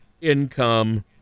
income